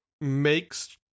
makes